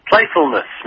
Playfulness